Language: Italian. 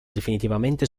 definitivamente